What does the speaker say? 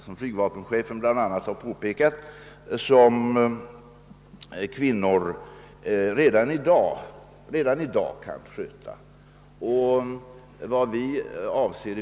Som flygvapenchefen bl.a. har påpekat finns det emellertid en mängd befattningar som kvinnor redan i dag kan sköta.